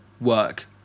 work